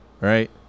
right